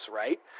right